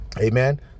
Amen